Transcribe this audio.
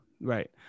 Right